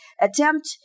attempt